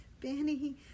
Benny